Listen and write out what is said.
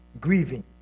grieving